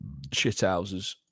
Shithouses